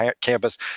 campus